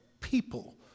people